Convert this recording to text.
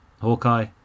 Hawkeye